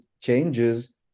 changes